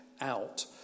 out